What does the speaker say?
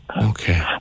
okay